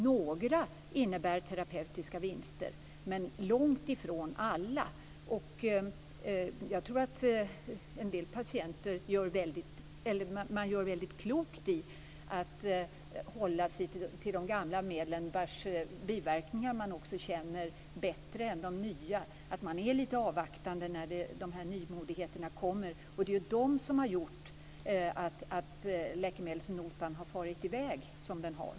Några innebär terapeutiska vinster, men långt ifrån alla. Jag tror att man i fråga om en del patienter gör väldigt klokt i att hålla sig till de gamla medlen vilkas biverkningar man också känner till bättre än de nyas. Man bör vara lite avvaktande när de här nymodigheterna kommer. Det är ju de som har gjort att läkemedelsnotan har farit i väg som den har.